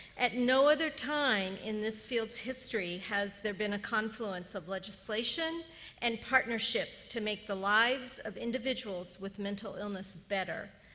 at no other time in this field's history has there been a confluence of legislation and partnerships to make the lives of individuals with mental illness better.